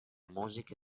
musiche